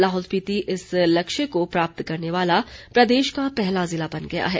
लाहौल स्पीति इस लक्ष्य को प्राप्त करने वाला प्रदेश का पहला जिला बन गया है